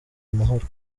amahoro